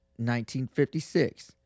1956